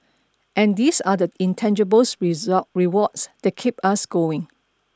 and these are the intangible rewards that keep us going